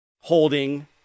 holding